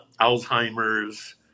Alzheimer's